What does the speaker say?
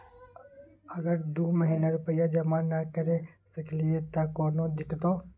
अगर दू महीना रुपिया जमा नय करे सकलियै त कोनो दिक्कतों?